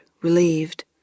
relieved